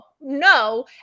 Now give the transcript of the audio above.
no